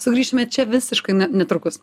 sugrįšime čia visiškai netrukus